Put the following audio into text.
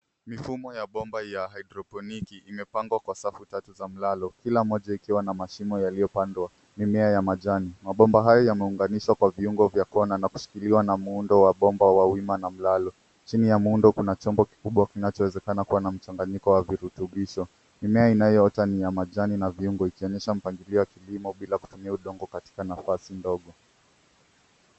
Mifumo ya bomba ya haidroponiki imepangwa kwa safu tatu za mlalo kila moja ikiwa na mashimo yaliyopandwa mimea ya majani, mabomba hayo yameunganishwa kwa viungo vya kuona na kushikiliwa na muundo wa bomba wa wima na mlalo chini ya muundo kuna chombo kikubwa kinachowezekana kuwa na mchanganyiko wa virekebisho, mimea inayoota ni ya majani na viuongo ikionyesha mpangilio wa kilimo bila kutumia udongo katika nafasi ndogo.